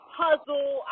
puzzle